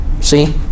See